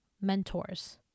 mentors